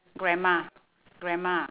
grandma grandma